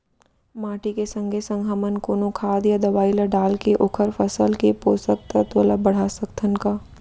माटी के संगे संग हमन कोनो खाद या दवई ल डालके ओखर फसल के पोषकतत्त्व ल बढ़ा सकथन का?